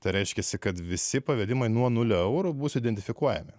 ta reiškiasi kad visi pavedimai nuo nulio eurų bus identifikuojami